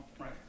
Right